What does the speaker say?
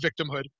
victimhood